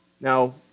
Now